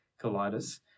colitis